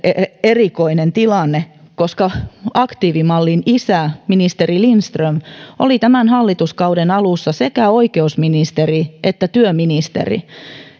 erikoinen tilanne koska aktiivimallin isä ministeri lindström oli tämän hallituskauden alussa sekä oikeusministeri että työministeri